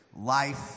life